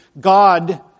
God